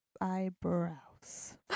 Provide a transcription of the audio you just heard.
Eyebrows